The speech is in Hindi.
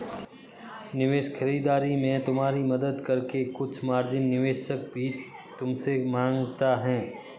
निवेश खरीदारी में तुम्हारी मदद करके कुछ मार्जिन निवेशक भी तुमसे माँगता है